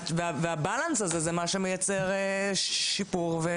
והבלנס הזה הוא מה שמייצר שיפור.